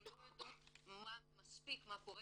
אנחנו לא יודעות מספיק מה קורה